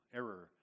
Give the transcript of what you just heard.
error